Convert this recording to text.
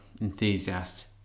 enthusiast